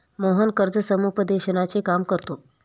मोहन कर्ज समुपदेशनाचे काम करतो